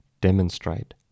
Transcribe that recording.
demonstrate